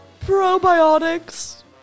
Probiotics